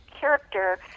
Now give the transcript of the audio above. character